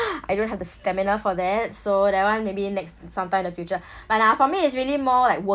I don't have the stamina for that so that one maybe nex~ sometime in the future but uh for me it's really more like working